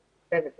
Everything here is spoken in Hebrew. צריך לתקצב את זה.